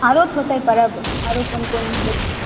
आरो होतै पर्ब आरो कोन कोन